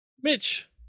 Mitch